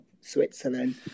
switzerland